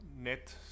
net